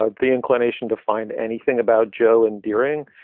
ah the inclination to find anything about joe endearing,